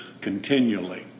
continually